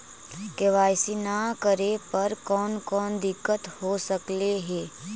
KYC न करे पर कौन कौन दिक्कत हो सकले हे?